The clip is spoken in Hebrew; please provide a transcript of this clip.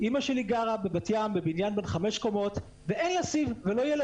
אימא שלי גרה בבת ים בבניין בן חמש קומות ואין לה סיב ולא יהיה לה